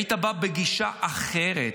היית בא בגישה אחרת,